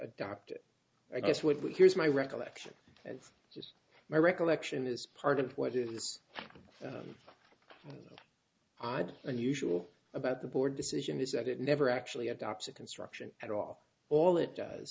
adopted i guess what here's my recollection and just my recollection is part of what is odd unusual about the board decision is that it never actually adopts the construction at all all it does